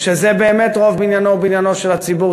שזה באמת רוב מניינו ובניינו של הציבור,